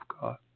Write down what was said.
God